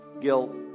Guilt